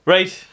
Right